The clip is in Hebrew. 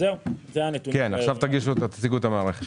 עכשיו תציגו את המערכת.